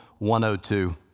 102